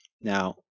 Now